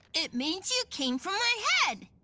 it means you came from my head.